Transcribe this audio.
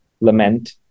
lament